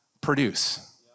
produce